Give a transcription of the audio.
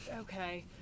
Okay